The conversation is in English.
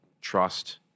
trust